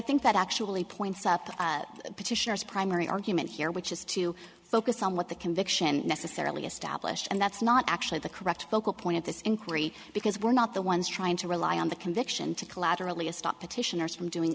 think that actually points up petitioners primary argument here which is to focus on what the conviction necessarily established and that's not actually the correct focal point of this inquiry because we're not the ones trying to rely on the conviction to collaterally to stop petitioners from doing